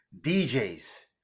DJs